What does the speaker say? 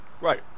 Right